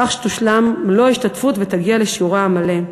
כך שתושלם מלוא ההשתתפות ותגיע לשיעורה המלא.